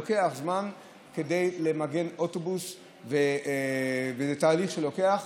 זה לוקח זמן למגן אוטובוס, זה תהליך שלוקח.